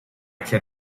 can